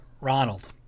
Ronald